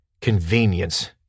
convenience